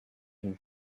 une